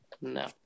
No